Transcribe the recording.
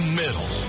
middle